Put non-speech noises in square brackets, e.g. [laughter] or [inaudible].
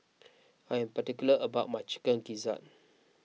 [noise] I am particular about my Chicken Gizzard